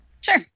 Sure